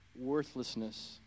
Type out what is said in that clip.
worthlessness